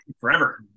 forever